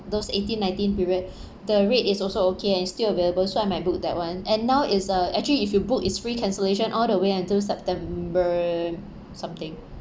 those eighteen nineteen period the rate is also okay and still available so I might book that one and now is uh actually if you book is free cancellation all the way until september something